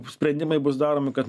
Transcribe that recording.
sprendimai bus daromi kad